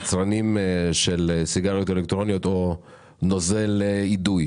ליצרנים של סיגריות אלקטרוניות או של נוזל אידוי?